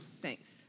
Thanks